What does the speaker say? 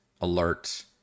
alert